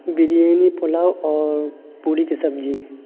بریانی پلاؤ اور پوڑی کی سبزی